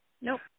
Nope